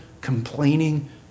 complaining